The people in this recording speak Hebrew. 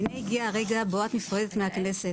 הנה הגיע הרגע בו את נפרדת מהכנסת,